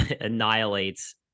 annihilates